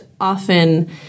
often